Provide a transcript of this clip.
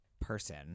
person